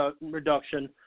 reduction